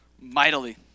mightily